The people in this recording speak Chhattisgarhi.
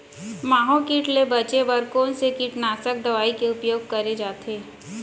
माहो किट ले बचे बर कोन से कीटनाशक दवई के उपयोग करे जाथे?